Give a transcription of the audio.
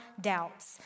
doubts